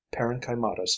parenchymatous